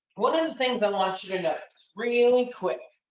one of the things i want you to note really quick.